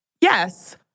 Yes